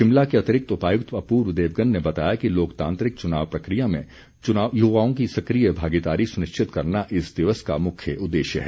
शिमला के अतिरिक्त उपायुक्त अपूर्व देवगन ने बताया कि लोकतांत्रिक चुनाव प्रक्रिया में युवाओं की सक्रिय भागीदारी सुनिश्चित करना इस दिवस का मुख्य उद्देश्य है